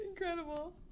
Incredible